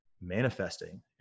manifesting